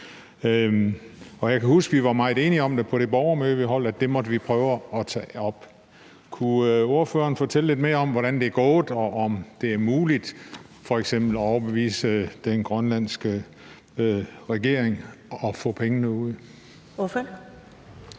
Jeg kan huske, vi var meget enige om på det borgermøde, vi holdt, at det måtte vi prøve at tage op. Kunne ordføreren fortælle lidt mere om, hvordan det er gået, og om det er muligt f.eks. at overbevise den grønlandske regering og få pengene ud?